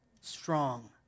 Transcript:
strong